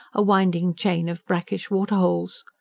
a winding chain of brackish waterholes.